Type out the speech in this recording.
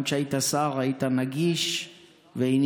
גם שהיית שר היית נגיש וענייני.